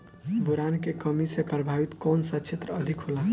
Boron के कमी से प्रभावित कौन सा क्षेत्र अधिक होला?